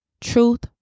Truth